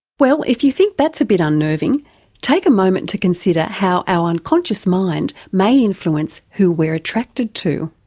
well if you think that's a bit unnerving take a moment to consider how our unconscious mind may influence who we're attracted to.